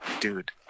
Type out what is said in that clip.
Dude